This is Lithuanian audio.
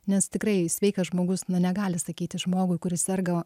nes tikrai sveikas žmogus nu negali sakyti žmogui kuris serga